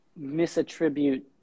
misattribute